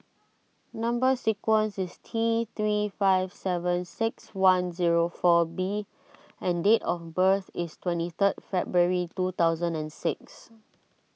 Number Sequence is T three five seven six one zero four B and date of birth is twenty third February two thousand and six